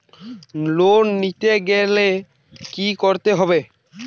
Loan নিতে গেলে কি করতে হবে?